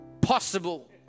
possible